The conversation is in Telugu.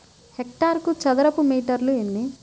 హెక్టారుకు చదరపు మీటర్లు ఎన్ని?